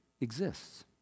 exists